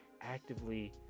actively